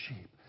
sheep